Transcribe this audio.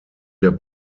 der